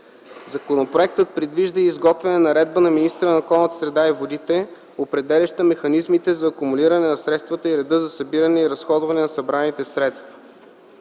Законопроектът предвижда и изготвяне на наредба на министъра на околната среда и водите, определяща механизмите за акумулиране на средствата и реда за събиране и разходване на събраните средства.